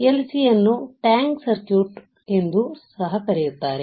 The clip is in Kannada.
LCಯನ್ನು ಟ್ಯಾಂಕ್ ಸರ್ಕ್ಯೂಟ್ ಎಂದು ಸಹ ಕರೆಯುತ್ತಾರೆ